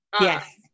yes